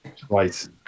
twice